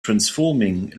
transforming